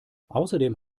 außerdem